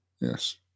Yes